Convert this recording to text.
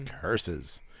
Curses